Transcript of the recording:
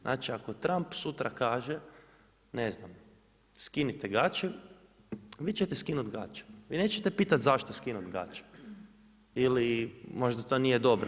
Znači ako Trump sutra kaže ne znam, skinite gače, vi ćete skinuti gače i nećete pitati zašto skinut gače ili možda to nije dobro.